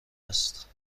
است